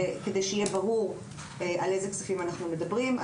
כדי שיהיה ברור על אילו כספים אנחנו מדברים.